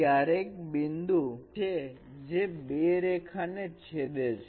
ક્યારેક બિંદુ છે જે બે રેખા ને છેદે છે